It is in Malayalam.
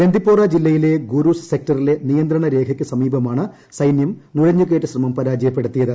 ബന്ദിപ്പോര ജില്ലയിലെ ഗുരുസ് സെക്ടറിലെ നിയന്ത്രണ്ട് രേഖയ്ക്ക് സമീപമാണ് സൈന്യം നുഴഞ്ഞ് കയറ്റ ശ്രമം പർാജയപ്പെടുത്തിയത്